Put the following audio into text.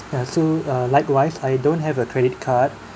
ya so uh likewise I don't have a credit card